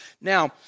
Now